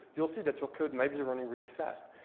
you'll see that your code may be running really fast.